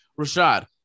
Rashad